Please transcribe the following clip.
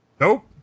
Nope